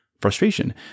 frustration